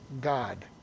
God